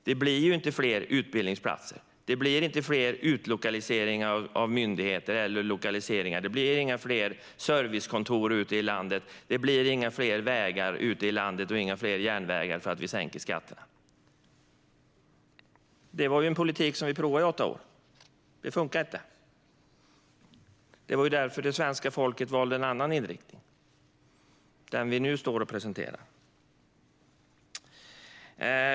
Det blir inte fler utbildningsplatser, fler lokaliseringar av myndigheter, fler servicekontor ute i landet, fler vägar och järnvägar för att vi sänker skatterna. Vi prövade den politiken i åtta år, och det funkade inte. Det var därför svenska folket valde en annan inriktning, nämligen den vi nu presenterar.